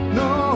no